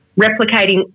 replicating